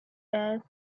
earth